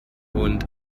und